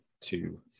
two